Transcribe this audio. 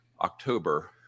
october